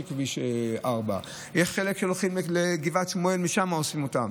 כביש 4. חלק הולכים לגבעת שמואל ומשם אוספים אותם,